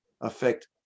affect